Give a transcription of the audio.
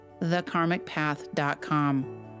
thekarmicpath.com